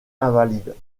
invalides